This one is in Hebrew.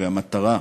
והמטרה,